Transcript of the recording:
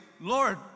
Lord